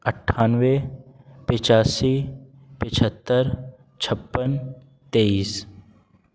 اٹھانوے پچاسی پچہتر چھپن تیئس